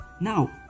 Now